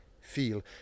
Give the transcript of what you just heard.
feel